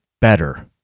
better